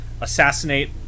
assassinate